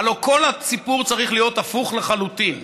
הלוא כל הסיפור צריך להיות הפוך לחלוטין: